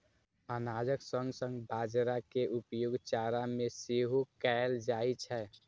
अनाजक संग संग बाजारा के उपयोग चारा मे सेहो कैल जाइ छै